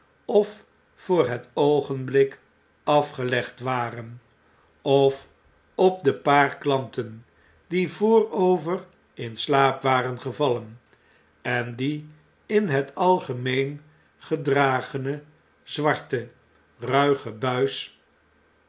of voor het oogenblik afgelegd waren of op de paar klanten die voorover in slaap waren gevallen en die in het algemeen gedragene zwarte ruige buis